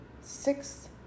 six